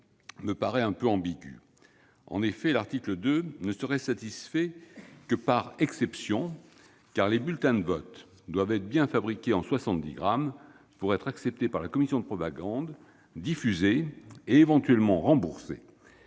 me paraît quelque peu ambigu. En effet, cet article ne serait satisfait que par exception, car les bulletins de vote doivent bien être fabriqués en 70 grammes pour être acceptés par la commission de propagande, diffusés et éventuellement remboursés.